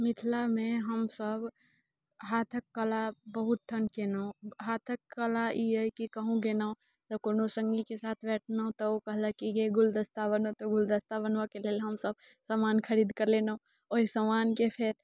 मिथिलामे हमसभ हाथक कला बहुत ठाम केलहुँ हाथक कला ई अछि कि कहुँ गेलहुँ तऽ कोनो सङ्गीके साथ बैठलहुँ तऽ ओ कहलक कि जे गुलदस्ता बनो तऽ गुलदस्ता बनबयके लेल हमसभ सामान खरीदके लेलहुँ ओहि सामानकेँ फेर